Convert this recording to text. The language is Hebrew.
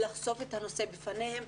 לחשוף את הנושא בפניהם,